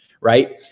right